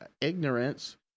ignorance